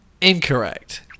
Incorrect